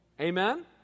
Amen